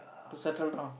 to settle down